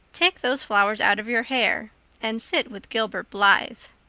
take those flowers out of your hair and sit with gilbert blythe.